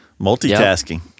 Multitasking